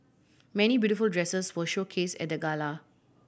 many beautiful dresses were showcased at the gala